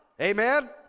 amen